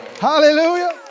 Hallelujah